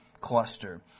cluster